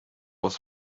was